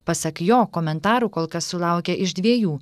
pasak jo komentarų kol kas sulaukė iš dviejų